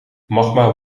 magma